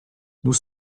nous